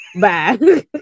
Bye